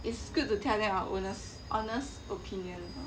it's good to tell them our honest honest opinion